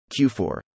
Q4